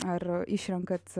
ar išrenkat